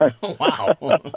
Wow